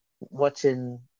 watching